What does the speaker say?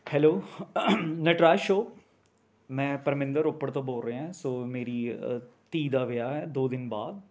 hello Nataraj show ਮੈਂ ਪਰਮਿੰਦਰ ਰੋਪੜ ਤੋਂ ਬੋਲ ਰਿਹਾਂ ਸੋ ਮੇਰੀ ਧੀ ਦਾ ਵਿਆਹ ਹੈ ਦੋ ਦਿਨ ਬਾਅਦ